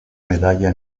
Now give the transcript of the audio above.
medalla